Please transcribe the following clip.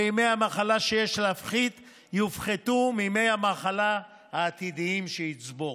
וימי המחלה שיש להפחית יופחתו מימי המחלה העתידיים שיצבור: